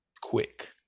quick